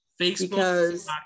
Facebook